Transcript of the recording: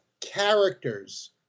characters